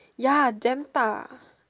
ya damn 大